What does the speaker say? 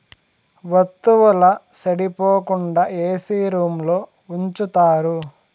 వత్తువుల సెడిపోకుండా ఏసీ రూంలో ఉంచుతారు